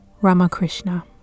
Ramakrishna